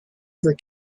her